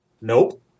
Nope